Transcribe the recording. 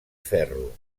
ferro